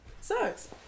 sucks